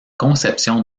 conception